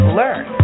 learn